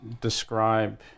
describe